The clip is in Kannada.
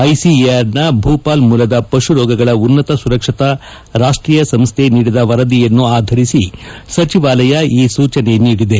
ಐಸಿಎಆರ್ನ ಭೂಪಾಲ್ ಮೂಲದ ಪಶು ರೋಗಗಳ ಉನ್ನತ ಸುರಕ್ಷತಾ ರಾಷ್ಟೀಯ ಸಂಸ್ಥೆ ನೀಡಿದ ವರದಿಯನ್ನು ಆಧರಿಸಿ ಸಚಿವಾಲಯ ಈ ಸೂಚನೆ ನೀಡಿದೆ